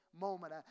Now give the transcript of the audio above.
moment